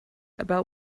about